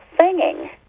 singing